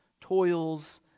toils